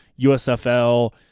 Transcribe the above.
USFL